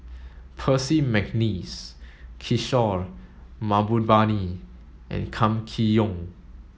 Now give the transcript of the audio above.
Percy McNeice Kishore Mahbubani and Kam Kee Yong